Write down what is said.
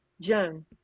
Joan